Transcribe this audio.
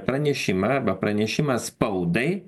pranešimą arba pranešimą spaudai